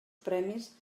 premis